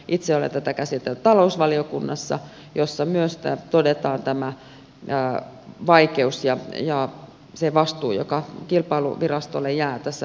itse olen tätä käsitellyt talousvaliokunnassa jossa myös todetaan tämä vaikeus ja se vastuu joka kilpailuvirastolle jää tässä tulkinnassa